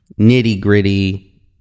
nitty-gritty